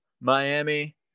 Miami